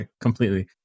Completely